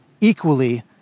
equally